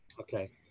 Okay